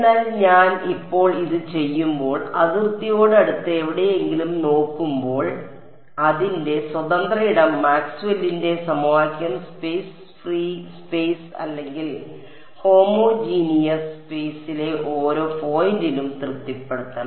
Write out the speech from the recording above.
എന്നാൽ ഞാൻ ഇപ്പോൾ ഇത് ചെയ്യുമ്പോൾ അതിർത്തിയോട് അടുത്ത് എവിടെയെങ്കിലും നോക്കുമ്പോൾ അതിന്റെ സ്വതന്ത്ര ഇടം മാക്സ്വെല്ലിന്റെ സമവാക്യം സ്പേസ് ഫ്രീ സ്പേസ് അല്ലെങ്കിൽ ഹോമോജീനിയസ് സ്പേസിലെ ഓരോ പോയിന്റിലും തൃപ്തിപ്പെടുത്തണം